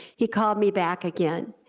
he called me back again,